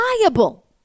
liable